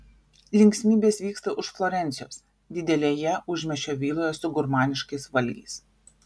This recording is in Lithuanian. linksmybės vyksta už florencijos didelėje užmiesčio viloje su gurmaniškais valgiais